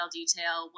detail